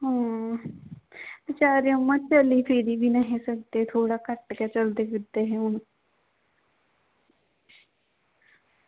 हां बेचारे उ'यां चली फिरी बी निहे सकदे थोह्ड़ा घट्ट गै चलदे फिरदे हे हून